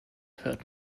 hört